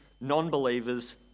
non-believers